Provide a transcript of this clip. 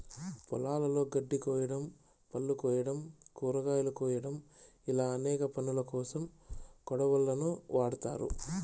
పొలాలలో గడ్డి కోయడం, పళ్ళు కోయడం, కూరగాయలు కోయడం ఇలా అనేక పనులకోసం కొడవళ్ళను వాడ్తారు